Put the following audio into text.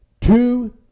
two